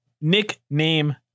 Nickname